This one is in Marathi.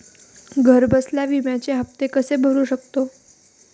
घरबसल्या विम्याचे हफ्ते कसे भरू शकतो?